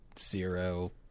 Zero